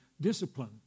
discipline